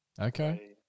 Okay